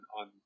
on